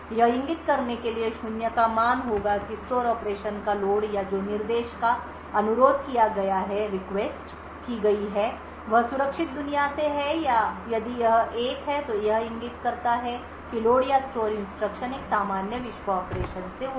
यह इंगित करने के लिए शून्य का मान होगा कि स्टोर ऑपरेशन का लोड या जो निर्देश का अनुरोध किया गया है वह सुरक्षित दुनिया से है यदि यह 1 है तो यह इंगित करता है कि लोड या स्टोर इंस्ट्रक्शन एक सामान्य विश्व ऑपरेशन से होगा